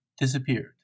disappeared